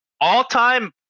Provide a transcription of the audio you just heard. all-time